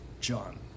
John